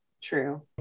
True